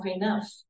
enough